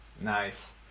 nice